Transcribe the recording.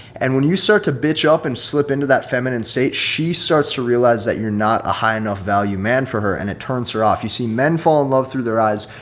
and when you start to bitch up and slip into that feminine state, she starts to realize that you're not a high enough value man for her and it turns her off. you see, men fall in love through their eyes.